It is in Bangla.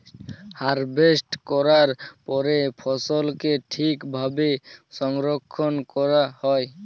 হারভেস্ট ক্যরার পরে ফসলকে ঠিক ভাবে সংরক্ষল ক্যরা হ্যয়